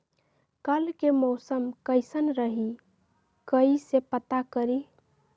कल के मौसम कैसन रही कई से पता करी?